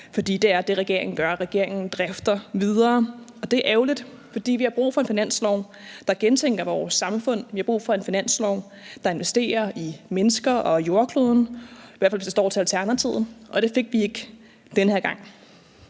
for det er det, regeringen gør: Regeringen drifter videre. Og det er ærgerligt, for vi har brug for en finanslov, der gentænker vores samfund; vi har brug for en finanslov, der investerer i mennesker og jordkloden, i hvert fald hvis det står til Alternativet, og det fik vi ikke den her gang.